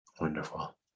Wonderful